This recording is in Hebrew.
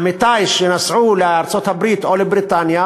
עמיתי שנסעו לארצות-הברית או לבריטניה